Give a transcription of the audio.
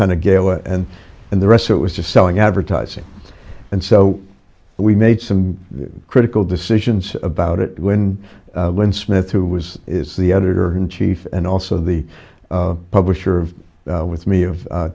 kind of gala and and the rest it was just selling advertising and so we made some critical decisions about it when when smith who was is the editor in chief and also the publisher of with me of